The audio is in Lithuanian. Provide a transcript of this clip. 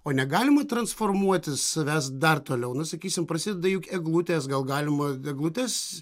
o negalima transformuoti savęs dar toliau nu sakysim prasideda juk eglutės gal galima eglutes